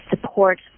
support